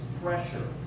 pressure